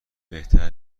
بهتر